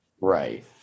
Right